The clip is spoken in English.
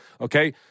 okay